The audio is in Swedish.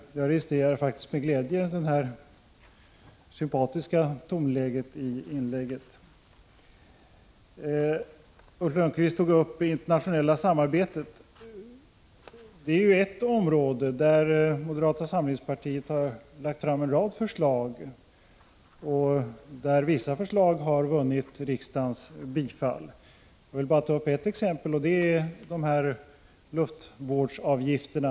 Jag registrerar faktiskt med glädje detta sympatiska tonläge i inlägget. Ulf Lönnqvist tog upp det internationella samarbetet. Det är ju ett område där moderata samlingspartiet har lagt fram en rad förslag, av vilka vissa har vunnit riksdagens bifall. Jag vill bara ta upp ett exempel, och det gäller luftvårdsavgifterna.